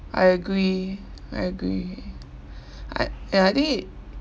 I agree I agree I ya I think